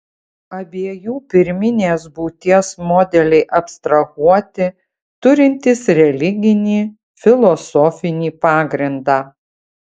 abiejų pirminės būties modeliai abstrahuoti turintys religinį filosofinį pagrindą